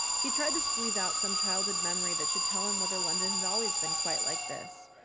he tried to squeeze out some childhood memory that should tell him whether london had always been quite like this.